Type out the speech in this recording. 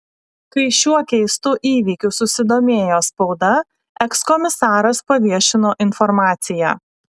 kai šiuo keistu įvykiu susidomėjo spauda ekskomisaras paviešino informaciją